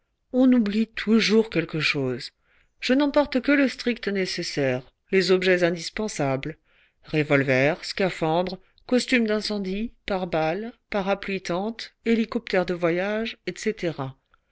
on oublie toujours quelque chose je n'emporte que le strict nécessaire les objets indispensables revolvers scaphandres costume d'incendie paraballcs parapluie tente hélicoptère de voyage etc